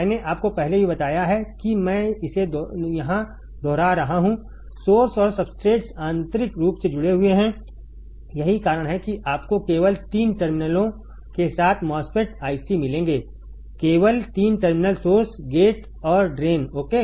मैंने आपको पहले भी बताया है कि मैं इसे यहां दोहरा रहा हूं सोर्स और सबस्ट्रेट्स आंतरिक रूप से जुड़े हुए हैं यही कारण है कि आपको केवल 3 टर्मिनलों के साथ MOSFET IC मिलेंगे केवल 3 टर्मिनल सोर्स गेट और ड्रेन ओके